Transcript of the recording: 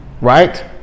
Right